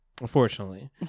unfortunately